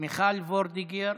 מיכל וולדיגר,